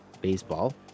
baseball